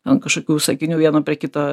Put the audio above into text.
ten kažkokių sakinių vieno prie kito